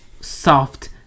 soft